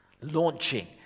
launching